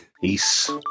peace